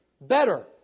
better